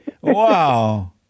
Wow